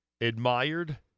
admired